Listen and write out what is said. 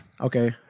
Okay